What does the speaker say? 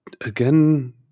again